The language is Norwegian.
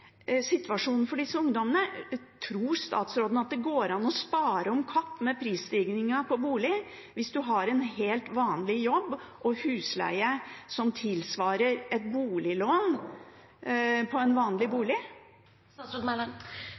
situasjonen til disse ungdommene. Tror statsråden at det går an å spare om kapp med prisstigningen på bolig hvis man har en helt vanlig jobb og husleie som tilsvarer et boliglån på en vanlig bolig?